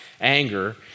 anger